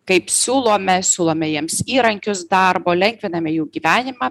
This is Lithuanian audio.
kaip siūlome siūlome jiems įrankius darbo lengviname jų gyvenimą